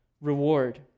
reward